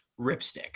Ripstick